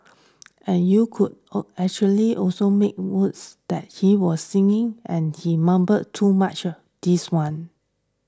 and you could actually also make words that he was singing and he mumble too much this one